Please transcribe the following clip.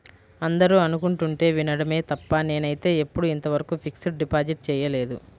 అందరూ అనుకుంటుంటే వినడమే తప్ప నేనైతే ఎప్పుడూ ఇంతవరకు ఫిక్స్డ్ డిపాజిట్ చేయలేదు